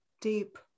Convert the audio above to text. deep